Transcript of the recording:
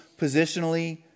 positionally